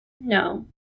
No